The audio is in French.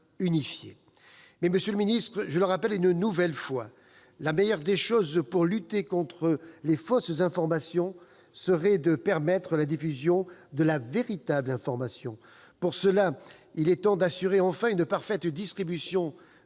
unifié. Monsieur le ministre, je le rappelle une nouvelle fois, la meilleure des choses pour lutter contre les fausses informations serait de permettre la diffusion de la véritable information. Pour ce faire, il est temps d'assurer, enfin, une parfaite distribution